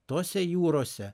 tose jūrose